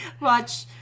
Watch